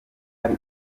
ari